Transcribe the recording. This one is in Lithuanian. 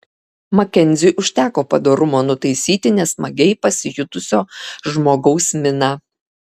makenziui užteko padorumo nutaisyti nesmagiai pasijutusio žmogaus miną